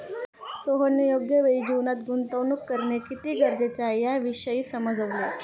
सोहनने योग्य वेळी जीवनात गुंतवणूक करणे किती गरजेचे आहे, याविषयी समजवले